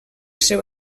seu